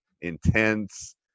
intense